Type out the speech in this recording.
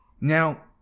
Now